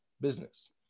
business